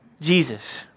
Jesus